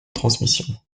transmission